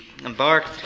embarked